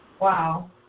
wow